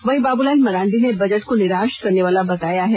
वहीं बाबूलाल मरांडी ने बजट को निराश करने वाला बताया है